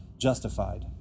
justified